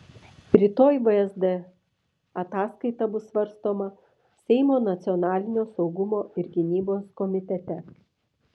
rytoj vsd ataskaita bus svarstoma seimo nacionalinio saugumo ir gynybos komitete